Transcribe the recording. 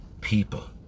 people